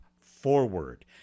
forward